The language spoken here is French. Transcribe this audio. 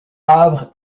havre